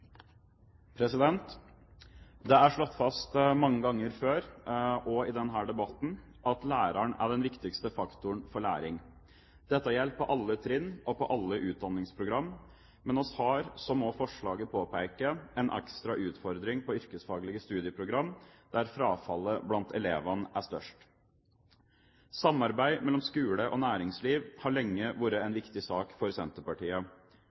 viktigste faktoren for læring. Dette gjelder på alle trinn og for alle utdanningsprogram, men vi har, som også forslaget påpeker, en ekstra utfordring på yrkesfaglige studieprogram, der frafallet blant elevene er størst. Samarbeid mellom skole og næringsliv har lenge vært en viktig sak for Senterpartiet.